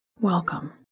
Welcome